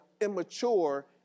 immature